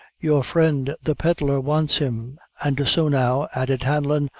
your friend, the pedlar, wants him and so now, added hanlon,